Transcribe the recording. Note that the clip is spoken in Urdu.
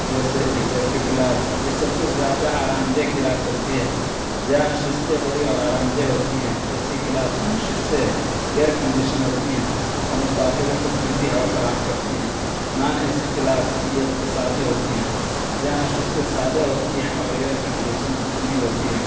جیسے ایگزیٹو کلاس یہ سب سے زیادہ آرام دہ کلاس ہوتی ہے جہاں نشستیں بڑی اور آرام دہ ہوتی ہیں اے سی کلاس یہ نشستیں ایئر کنڈیشن ہوتی ہیں اور مسافروں کو ٹھنڈی ہوا فراہم کرتی ہیں نان اے سی کلاس یہ اقتصادی ہوتی ہیں جہاں نشستیں سادہ ہوتی ہیں اور ایئر کنڈیشن نہیں ہوتی ہیں